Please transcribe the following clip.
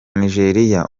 nigeriya